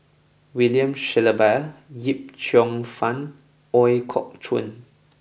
William Shellabear Yip Cheong Fun Ooi Kok Chuen